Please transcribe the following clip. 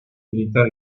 militar